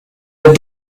that